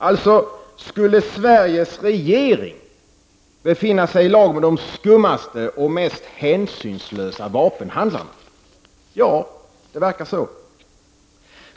Alltså: Skulle Sveriges regering befinna sig i lag med de skummaste och mest hänsynslösa vapenhandlarna? Det verkar så.